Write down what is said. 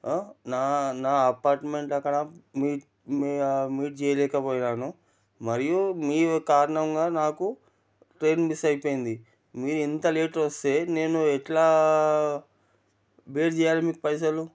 నా నా అపార్ట్మెంట్ అక్కడ మీ మీ మీట్ చేయలేకపోయాను మరియు మీ కారణంగా నాకు ట్రైన్ మిస్ అయిపోయింది మీరు ఇంత లేట్ వస్తే నేను ఎలా బేర్ చెయ్యాలి మీకు పైసలు